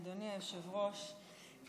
אדוני היושב-ראש,